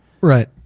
Right